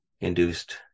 induced